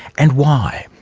and why?